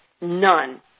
None